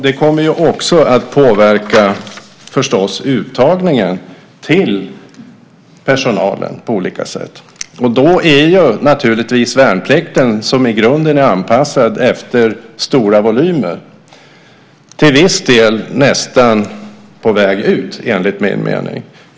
Det kommer också att påverka uttagningen till personalen på olika sätt. Då är naturligtvis värnplikten, som i grunden är anpassad efter stora volymer, till viss del enligt min mening nästan på väg ut.